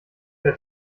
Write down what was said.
der